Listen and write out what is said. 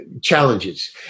challenges